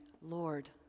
Lord